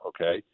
okay